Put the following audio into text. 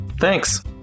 Thanks